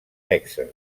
texas